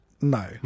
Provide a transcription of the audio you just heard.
No